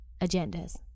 agendas